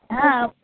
હા